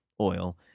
oil